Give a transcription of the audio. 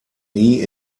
nie